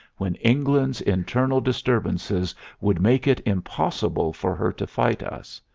when england's internal disturbances would make it impossible for her to fight us.